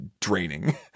draining